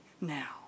now